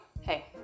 hey